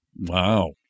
Wow